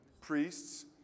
Priests